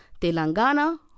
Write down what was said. Telangana